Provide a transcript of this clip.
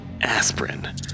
Aspirin